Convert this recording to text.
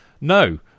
No